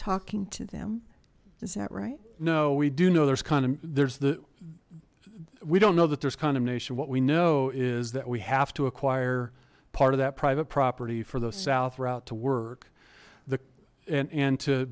talking to them is that right no we do know there's kind of there's the we don't know that there's condemnation what we know is that we have to acquire part of that private property for the south route to work the and